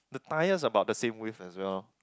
the tyres are about the same width as well